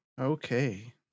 Okay